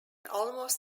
almost